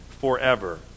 forever